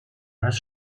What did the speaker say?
als